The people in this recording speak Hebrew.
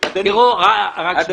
זה